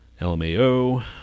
LMAO